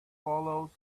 follows